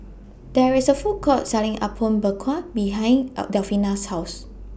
There IS A Food Court Selling Apom Berkuah behind Delfina's House